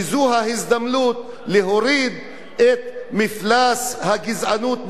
בכך שזו ההזדמנות להוריד את מפלס הגזענות,